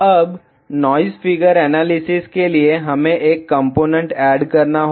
अब noise figure analysis के लिए हमें एक कंपोनेंट ऐड करना होगा